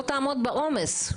היא לא תעמוד בעומס,